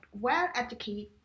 well-educated